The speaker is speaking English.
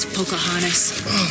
Pocahontas